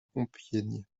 compiègne